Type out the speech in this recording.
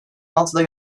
altıda